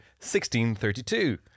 1632